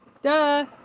Duh